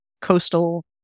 coastal